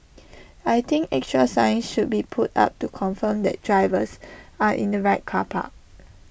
I think extra signs should be put up to confirm that drivers are in the right car park